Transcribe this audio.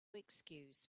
excuse